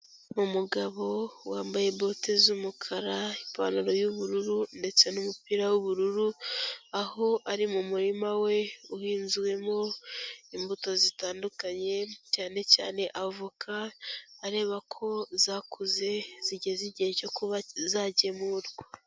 Umugabo wambaye bote z'umukara, ipantaro y'ubururu ndetse n'umupira w'ubururu, aho ari mu murima we uhinzwemo imbuto zitandukanye, cyane cyane avoka, areba ko zakuze zigeze igihe cyo kuba zagemurwa.